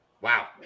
Wow